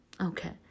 Okay